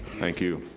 thank you.